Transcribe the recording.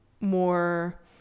more